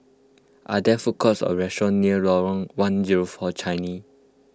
are there food courts or restaurants near Lorong one zero four Changi